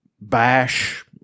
bash